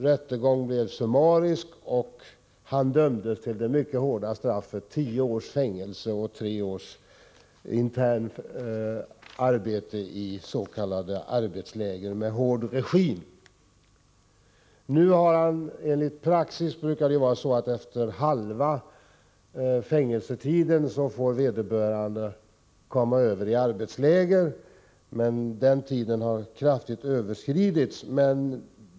Rättegången blev summarisk, och han dömdes till det mycket hårda straffet tio års fängelse och tre års arbetsläger med s.k. hård regim. Enligt praxis brukar vederbörande efter halva fängelsetiden få komma över i arbetsläger, men den tiden har kraftigt överskridits.